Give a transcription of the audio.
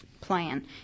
plan